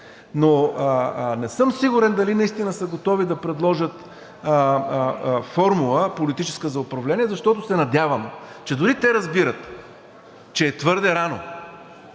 но не съм сигурен дали наистина са готови да предложат политическа формула за управление, защото се надявам, че дори те разбират, че е твърде рано,